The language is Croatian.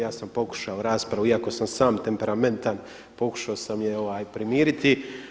Ja sam pokušao raspravu iako sam temperamentan, pokušao sam je primiriti.